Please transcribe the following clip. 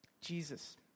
Jesus